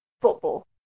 football